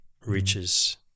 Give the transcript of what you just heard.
reaches